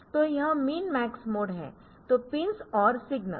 तो यह min max mode है तो पिन्स और सिग्नल्स